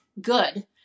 good